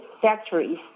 factories